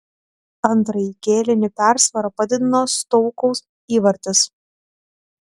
antrąjį kėlinį persvarą padidino stoukaus įvartis